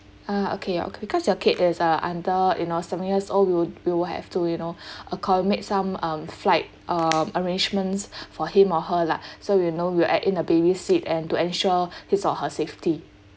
uh okay okay because your kid is uh under you know seven years old we will we will have to you know some um flight um arrangements for him or her lah so you know we'll add in a baby seat and to ensure his or her safety